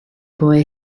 boy